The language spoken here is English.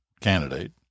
candidate